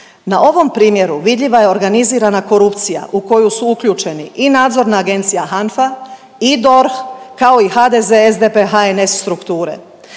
Na ovom primjeru vidljiva je organizirana korupcija u koju su uključeni i nadzorna agencija HANFA i DORH, ako i HDZ, SDP, HNS strukture.